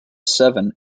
seven